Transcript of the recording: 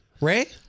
Ray